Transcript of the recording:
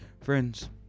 Friends